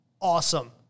awesome